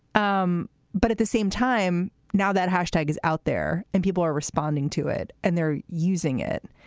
um but at the same time, now that hashtag is out there and people are responding to it and they're using it.